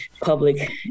public